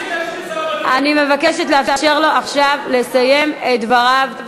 אני מבקשת לאפשר לו עכשיו לסיים את דבריו.